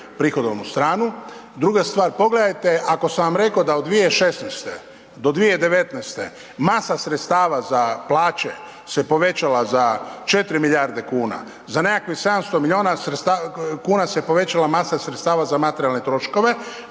prihodovnu stranu. Druga stvar, pogledajte ako sam vam reko da od 2016. do 2019. masa sredstava za plaće se povećala za 4 milijarde kuna, za nekakvih 700 milijuna kuna se povećala masa sredstava za materijalne troškove,